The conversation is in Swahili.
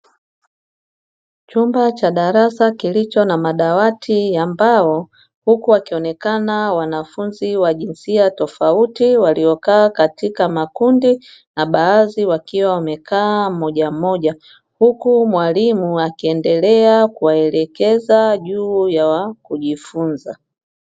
Chumba cha darasa kilicho na madawati ya mbao, huku wakionekana wanafunzi wa jinsia tofauti waliokaa katika makundi na baadhi wakiwa wamekaa mmoja mmoja, huku mwalimu akiemdelea kuwaekekeza juu ya kujifunza.